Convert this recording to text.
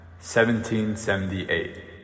1778